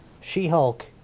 She-Hulk